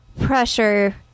pressure